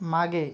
मागे